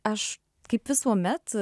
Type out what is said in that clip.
aš kaip visuomet